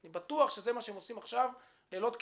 אני בטוח שזה מה שהם עושים עכשיו, לילות כימים.